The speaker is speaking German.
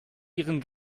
ihren